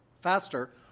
faster